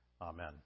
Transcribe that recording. Amen